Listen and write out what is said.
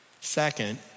Second